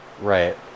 right